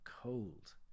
cold